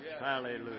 Hallelujah